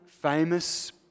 Famous